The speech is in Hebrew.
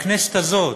בכנסת הזאת,